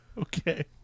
Okay